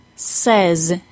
says